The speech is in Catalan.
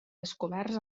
descoberts